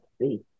see